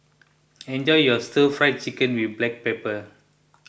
enjoy your Stir Fried Chicken with Black Pepper